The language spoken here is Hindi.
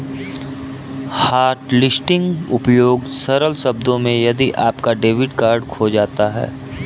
हॉटलिस्टिंग उपयोग सरल शब्दों में यदि आपका डेबिट कार्ड खो जाता है